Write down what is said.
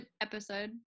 episode